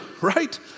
right